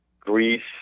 Greece